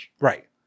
right